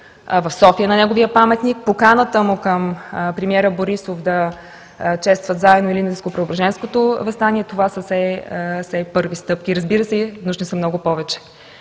в София – на неговия паметник, поканата му към премиера Борисов да честват заедно Илинденско-Преображенското въстание – това са все първи стъпки. Разбира се, нужни са много повече